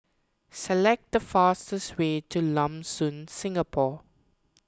select the fastest way to Lam Soon Singapore